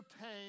pain